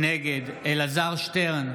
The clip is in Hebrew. נגד אלעזר שטרן,